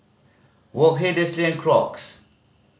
Wok Hey Delsey and Crocs